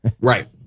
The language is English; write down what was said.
right